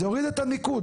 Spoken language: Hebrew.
זה יוריד את הניקוד,